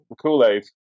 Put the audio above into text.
Kool-Aid